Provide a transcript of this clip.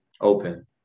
open